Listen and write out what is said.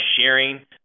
sharing